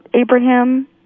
Abraham